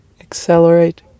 accelerate